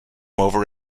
over